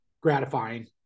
gratifying